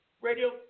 Radio